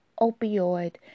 opioid